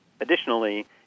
Additionally